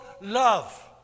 love